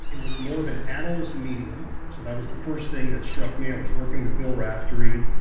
it was more of an analyst medium. so that was the first thing that struck me. i was working with bill raftery,